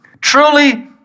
Truly